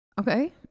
Okay